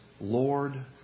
Lord